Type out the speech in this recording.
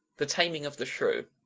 the taming of the shrew